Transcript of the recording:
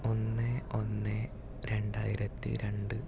ഒന്ന് ഒന്ന് രണ്ടായിരത്തി രണ്ട്